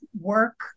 work